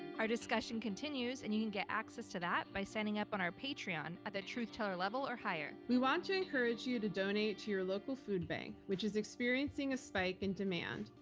our discussion continues and you can get access to that by signing up on our patreon at the truth teller level or higher. we want to encourage you to donate to your local food bank, which is experiencing a spike in demand.